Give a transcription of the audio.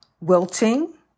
wilting